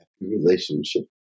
relationship